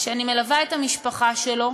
שאני מלווה את המשפחה שלו